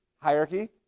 hierarchy